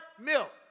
milk